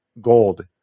gold